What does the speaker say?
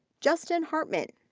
justin hartman,